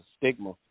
stigma